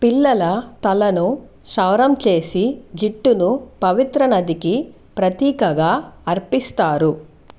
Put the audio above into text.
పిల్లల తలను క్షౌరము చేసి జుట్టును పవిత్ర నదికి ప్రతీకగా అర్పిస్తారు